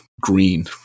green